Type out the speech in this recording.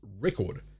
record